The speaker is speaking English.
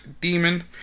demon